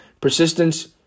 persistence